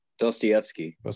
Dostoevsky